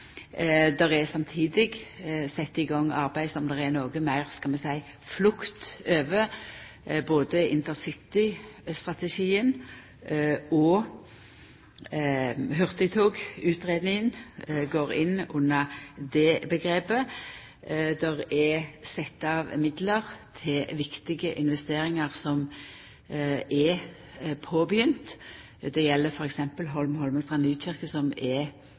er samtidig sett i gang arbeid som det er, skal vi seia, meir flukt over. Både intercitystrategien og hurtigtogutgreiinga går inn under det omgrepet. Det er sett av midlar til viktige investeringar som er påbegynte. Det gjeld f.eks. Holm–Holmestrand–Nykirke som er